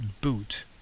boot